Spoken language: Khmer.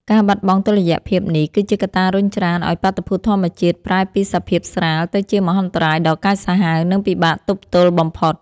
ការបាត់បង់តុល្យភាពនេះ គឺជាកត្តារុញច្រានឱ្យបាតុភូតធម្មជាតិប្រែពីសភាពស្រាល ទៅជាមហន្តរាយដ៏កាចសាហាវ និងពិបាកទប់ទល់បំផុត។